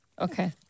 Okay